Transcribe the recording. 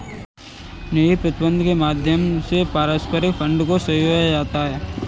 निधि प्रबन्धन के माध्यम से पारस्परिक फंड को संजोया जाता है